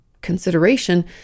consideration